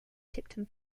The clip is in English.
tipton